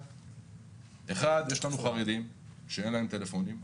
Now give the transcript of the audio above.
אבל יש לנו חרדים שאין להם טלפונים,